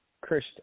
Chris